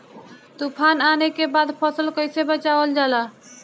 तुफान आने के बाद फसल कैसे बचावल जाला?